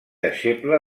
deixeble